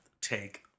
take